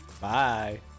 Bye